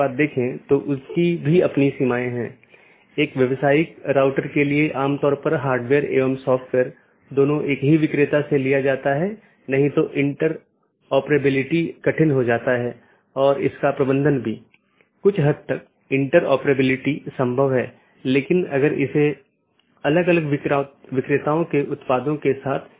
इसलिए जो हम देखते हैं कि मुख्य रूप से दो तरह की चीजें होती हैं एक है मल्टी होम और दूसरा ट्रांजिट जिसमे एक से अधिक कनेक्शन होते हैं लेकिन मल्टी होमेड के मामले में आप ट्रांजिट ट्रैफिक की अनुमति नहीं दे सकते हैं और इसमें एक स्टब प्रकार की चीज होती है जहां केवल स्थानीय ट्रैफ़िक होता है मतलब वो AS में या तो यह उत्पन्न होता है या समाप्त होता है